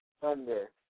thunder